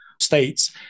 states